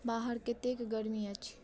बाहर कतेक गरमी अछि